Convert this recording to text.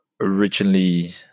originally